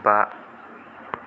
बा